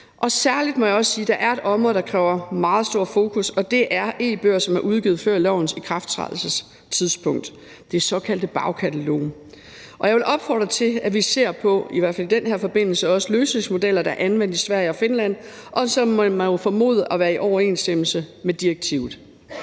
Særlig må jeg også sige, at der er et område, der kræver et meget stort fokus, og det er e-bøger, som er udgivet før lovens ikrafttrædelsestidspunkt, det såkaldte bagkatalog. Jeg vil opfordre til, at vi ser på løsningsmodeller – i hvert fald i den her forbindelse – der er anvendt i Sverige og Finland, og som man jo må formode må være i overensstemmelse med direktivet.